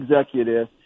executive